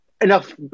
enough